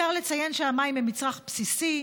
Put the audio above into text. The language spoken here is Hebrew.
מיותר לציין שהמים הם מצרך בסיסי,